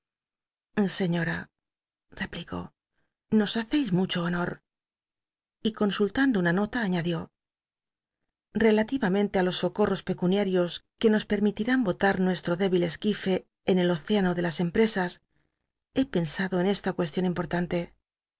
señora replicó nos haceis mucho honor y consultando una nota aí'iad ió relaliramentc ü los socorros pecuniarios c uc nos permitirán bola nucstto débil esquife en el océano de las empresas he pensado en es la cuestion importante